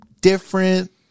different